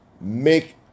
make